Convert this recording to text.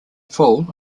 fall